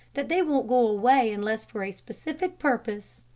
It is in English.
that they won't go away unless for a specific purpose.